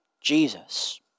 Jesus